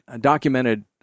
documented